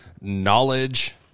knowledge